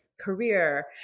career